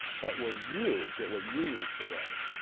but will you get what you need today?